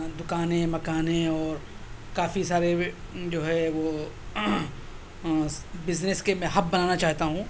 دکانیں مکانیں اور کافی سارے وہ جو ہے وہ بزنس کے میں ہب بنانا چاہتا ہوں